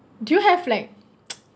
do you like